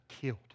killed